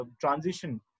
transition